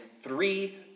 three